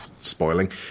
spoiling